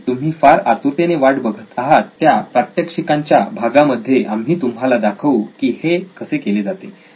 ज्याची तुम्ही फार आतुरतेने वाट बघत आहात त्या प्रात्यक्षिकांच्या भागामध्ये आम्ही तुम्हाला दाखवू की हे कसे केले जाते